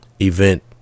event